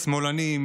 שמאלנים,